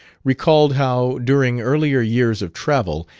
recalled how, during earlier years of travel,